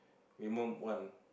woman one